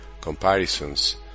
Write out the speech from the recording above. comparisons